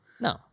No